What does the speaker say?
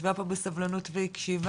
שישבה פה בסבלנות והקשיבה,